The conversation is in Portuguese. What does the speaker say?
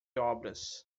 obras